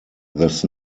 this